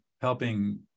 helping